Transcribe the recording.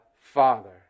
Father